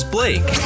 Blake